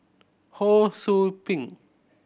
Ho Sou Ping